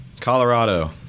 Colorado